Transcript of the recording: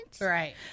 right